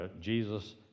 Jesus